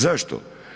Zašto?